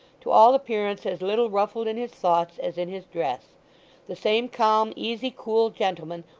to all appearance as little ruffled in his thoughts as in his dress the same calm, easy, cool gentleman,